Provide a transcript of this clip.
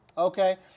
Okay